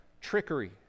trickery